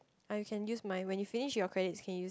I can use mine when you finish your credit you can use